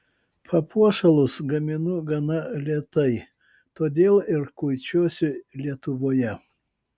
papuošalus gaminu gana lėtai todėl ir kuičiuosi lietuvoje